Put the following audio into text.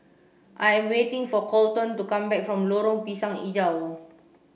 I am waiting for Kolton to come back from Lorong Pisang Hijau